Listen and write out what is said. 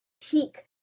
peak